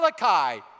Malachi